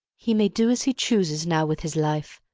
he may do as he chooses now with his life.